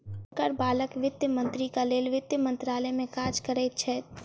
हुनकर बालक वित्त मंत्रीक लेल वित्त मंत्रालय में काज करैत छैथ